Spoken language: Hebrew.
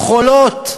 חולות,